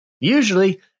Usually